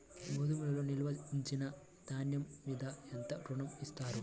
గోదాములో నిల్వ ఉంచిన ధాన్యము మీద ఎంత ఋణం ఇస్తారు?